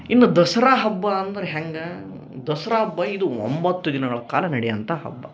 ಇನ್ನು ದಸರ ಹಬ್ಬ ಅಂದರೆ ಹೆಂಗಾ ದಸರಾ ಹಬ್ಬ ಇದು ಒಂಬತ್ತು ದಿನಗಳ ಕಾಲ ನಡಿಯವಂಥ ಹಬ್ಬ